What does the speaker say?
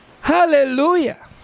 Hallelujah